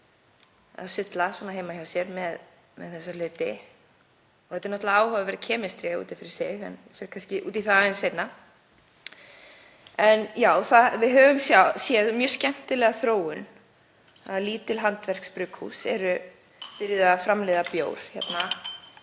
að sulla heima hjá sér með þessa hluti. Þetta er náttúrlega áhugaverð „kemestría“ út af fyrir sig en ég fer kannski út í það aðeins seinna. Við höfum séð mjög skemmtilega þróun; lítil handverksbrugghús eru byrjuð að framleiða bjór